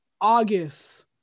August